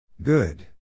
Good